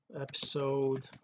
episode